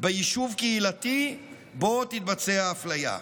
ביישוב הקהילתי שבו תתבצע האפליה.